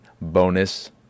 bonus